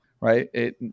right